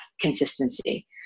consistency